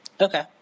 Okay